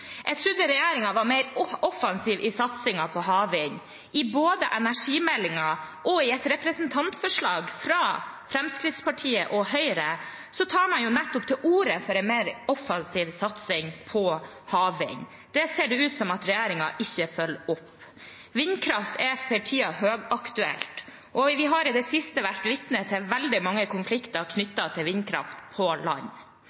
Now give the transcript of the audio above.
Jeg trodde regjeringen var mer offensiv i satsingen på havvind. Både i energimeldingen og i et representantforslag fra Fremskrittspartiet og Høyre tar man nettopp til orde for en mer offensiv satsing på havvind. Det ser det ikke ut som om regjeringen følger opp. Vindkraft er for tiden høyaktuelt, og vi har i det siste vært vitne til veldig mange konflikter knyttet til vindkraft på land.